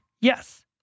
Yes